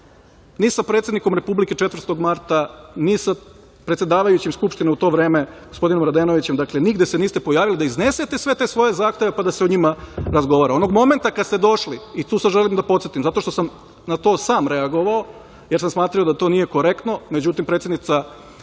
ni sa predsednikom Republike 4. marta, ni sa predsedavajućim Skupštine u to vreme, gospodinom Radenovićem, dakle, nigde se niste pojavili da iznesete sve te svoje zahteve, pa da se o njima razgovara. Onog momenta kada ste došli, i to sad želim da podsetim, zato što sam na to sam reagovao, jer sam smatrao da to nije korektno, međutim, predsednica parlamenta